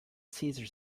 cesar